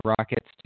Rockets